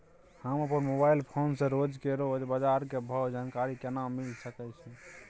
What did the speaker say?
हम अपन mobile phone से रोज के रोज बाजार के भाव के जानकारी केना मिल सके छै?